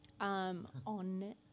On